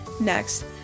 Next